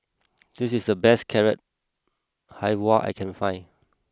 this is the best Carrot Halwa I can find